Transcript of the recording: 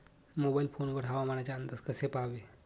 Mobile phone वर हवामानाचे अंदाज कसे पहावे?